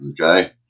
Okay